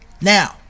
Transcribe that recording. Now